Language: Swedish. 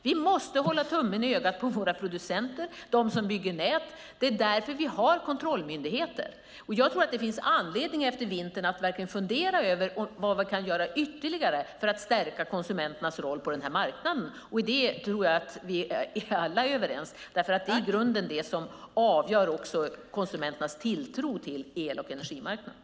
Vi måste hålla tummen i ögat på våra producenter, och dem som bygger nät. Det är därför vi har kontrollmyndigheter. Det finns anledning efter vintern att fundera över vad vi kan göra ytterligare för att stärka konsumenternas roll på denna marknad. Det tror jag att vi alla är överens om, för det avgör i grunden konsumenternas tilltro till el och energimarknaden.